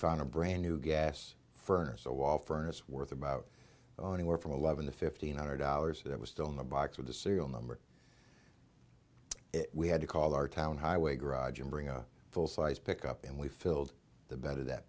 found a brand new gas furnace a wall furnace worth about anywhere from eleven to fifteen hundred dollars that was still in the box with the serial number we had to call our town highway garage and bring a full sized pickup and we filled the better that